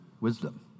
wisdom